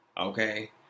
okay